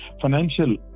Financial